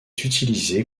utilisé